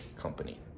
company